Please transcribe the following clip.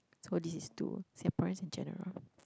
so this is to Singaporeans in general